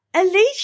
Alicia